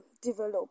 develop